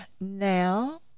Now